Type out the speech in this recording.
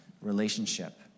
relationship